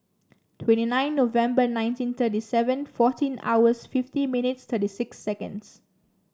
twenty nine November nineteen thirty seven fourteen hours fifty minutes thirty six seconds